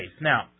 Now